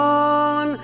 on